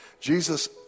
Jesus